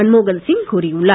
மன்மோகன்சிங் கூறியுள்ளார்